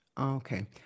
Okay